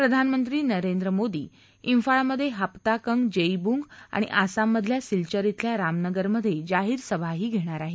प्रधानमंत्री नरेंद्र मोदी क्रिाळ मध्ये हापता कंग जेईबुंग आणि आसाममधल्या सिल्चर खिल्या रामनगर मध्ये जाहीर सभाही घेणार आहेत